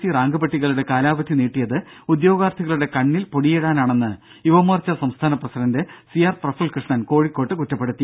C റാങ്ക്പട്ടികകളുടെ കാലാവധി നീട്ടിയത് ഉദ്യോഗാർഥികളുടെ കണ്ണിൽ പൊടിയിടാനാണെന്ന് യുവമോർച്ച സംസ്ഥാന president C R Praful Krishnan കോഴിക്കോട്ട് കുറ്റപ്പെടുത്തി